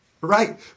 Right